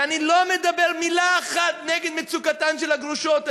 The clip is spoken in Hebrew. ואני לא מדבר מילה אחת נגד מצוקתן של הגרושות.